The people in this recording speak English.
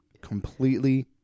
Completely